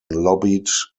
lobbied